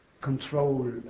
control